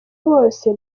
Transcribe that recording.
bose